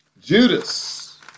Judas